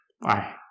Bye